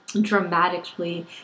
dramatically